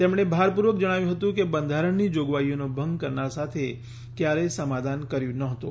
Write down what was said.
તેમણે ભારપૂર્વક જણાવ્યું હતુંકે બંધારણની જોગવાઈઓનો ભંગ કરનાર સાથે ક્યારેક સમાધાન કર્યું ન હોતું